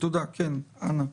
תודה, כן, אנא.